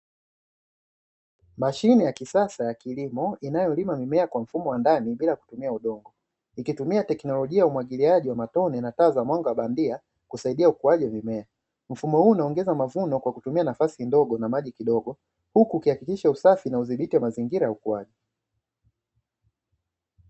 Mashine ya kisasa ya kilimo inayolima mimea kwa mfumo wa ndani bila kutumia udongo. Ikitumia teknolojia ya umwagiliaji wa matone na taa za mwanga wa bandia, kusaidia ukuaji wa mimea. Mfumo huu unaongeza mavuno kwa kutumia nafasi ndogo na maji kidogo, huku ukihakikisha usafi na udhibiti wa mazingira ukuaji.